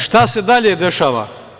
Šta se dalje dešava?